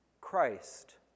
Christ